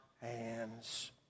hands